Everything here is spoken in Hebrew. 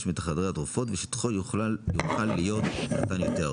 מחדרי התרופות ושטחו יוכל להיות קטן יותר.